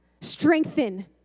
Strengthen